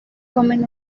comen